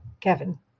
Kevin